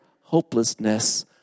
hopelessness